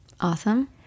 Awesome